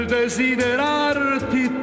desiderarti